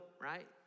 right